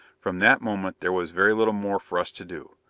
from that moment there was very little more for us to do.